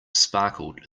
sparkled